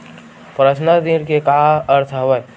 Personal ऋण के का अर्थ हवय?